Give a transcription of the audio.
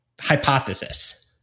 hypothesis